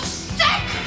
sick